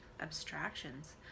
abstractions